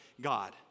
God